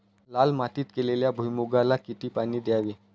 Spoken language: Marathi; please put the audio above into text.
लाल मातीत केलेल्या भुईमूगाला किती पाणी द्यावे?